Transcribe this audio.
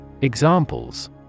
Examples